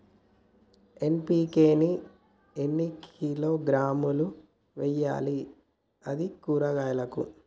NPK ని ఎన్ని కిలోగ్రాములు వెయ్యాలి? అది కూరగాయలకు?